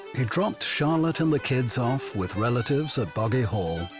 he dropped charlotte and the kids off with relatives at boggy hall,